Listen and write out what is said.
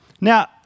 Now